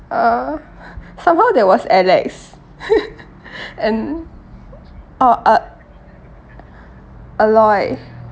uh somehow there was alex and oh uh aloy